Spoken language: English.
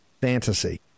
fantasy